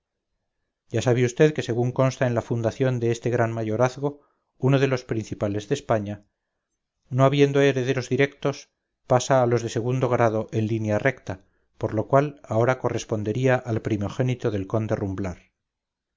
ya sabe vd que según consta en la fundación de este gran mayorazgo uno de los principales de españa no habiendoherederos directos pasa a los de segundo grado en línea recta por lo cual ahora correspondería al primogénito del conde